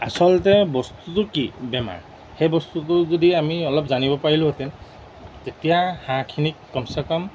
আচলতে বস্তুটোৰ কি বেমাৰ সেই বস্তুটো যদি আমি অলপ জানিব পাৰিলোহেঁতেন তেতিয়া হাঁহখিনিক কমচে কম